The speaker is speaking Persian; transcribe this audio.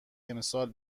امسال